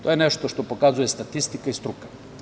To je nešto što pokazuje statistika i struka.